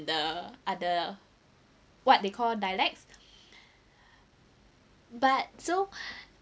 the other what they called dialects but so